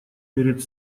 перед